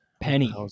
Penny